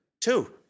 Two